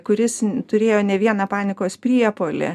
kuris turėjo ne vieną panikos priepuolį